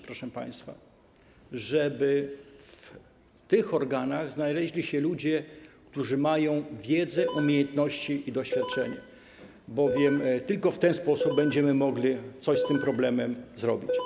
Proszę państwa, chodzi o to, żeby w tych organach znaleźli się ludzie, którzy mają wiedzę, umiejętności i doświadczenie, bowiem tylko w ten sposób będziemy mogli coś z tym problemem zrobić.